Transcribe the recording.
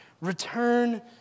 Return